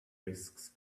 risks